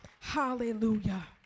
hallelujah